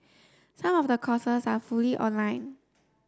some of the courses are fully online